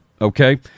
Okay